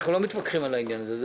אנחנו לא מתווכחים על העניין הזה.